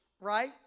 right